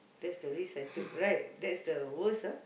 that's the risk I took right that's the worst ah